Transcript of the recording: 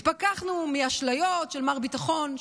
התפכחנו מאשליות של מר ביטחון,